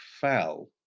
fell